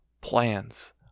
plans